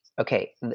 okay